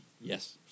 Yes